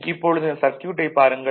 இப்பொழுது இந்த சர்க்யூட்டைப் பாருங்கள்